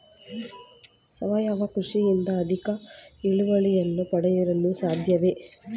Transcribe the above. ಸಾವಯವ ಕೃಷಿಯಿಂದ ಅಧಿಕ ಇಳುವರಿಯನ್ನು ಪಡೆಯಲು ಸಾಧ್ಯವೇ?